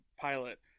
pilot